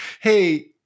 Hey